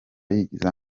yigiza